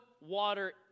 water